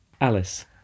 Alice